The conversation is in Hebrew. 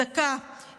אזעקה,